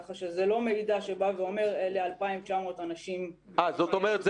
לכן זה לא מידע שאומר אלה 2,900 אנשים שיש לגביהם --- זאת אומרת,